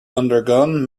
undergone